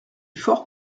fort